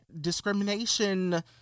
discrimination